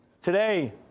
Today